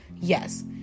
Yes